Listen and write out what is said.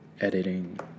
Editing